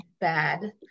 bad